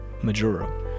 Majuro